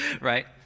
right